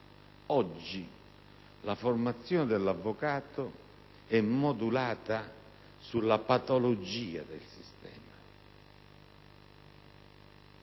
oggi la formazione dell'avvocato è modulata sulla patologia del sistema,